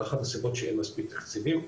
אחת הסיבות שאין מספיק תקציבים,